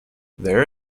there